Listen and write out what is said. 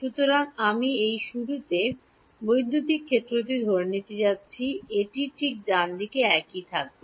সুতরাং আমি এটি শুরুতে বৈদ্যুতিক ক্ষেত্রটি ধরে নিয়ে যাচ্ছি এটি ঠিক ডানদিকে একই থাকবে